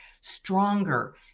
stronger